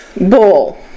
bull